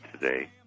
today